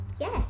Yes